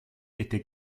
était